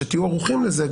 שתהיו ערוכים לזה,